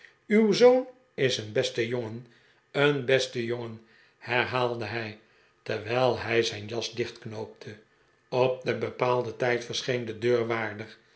uw zoon is een beste jongen een beste jongen herhaalde hij terwijl hij zijn jas dichtknoopte op den bepaalden tijd verscheen de deurwaarder